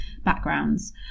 backgrounds